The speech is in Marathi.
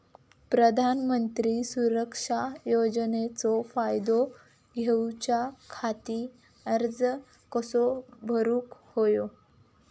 प्रधानमंत्री सुरक्षा योजनेचो फायदो घेऊच्या खाती अर्ज कसो भरुक होयो?